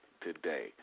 today